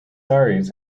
aires